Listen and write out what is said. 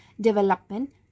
Development